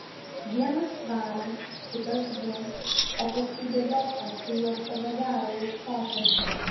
vienas svarą kitas du o paskui bėgiok paskui juos savo gero ieškoti